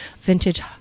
vintage